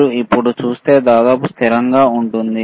మీరు ఇప్పుడు చూస్తే దాదాపు స్థిరంగా ఉంటుంది